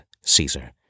Caesar